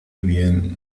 bien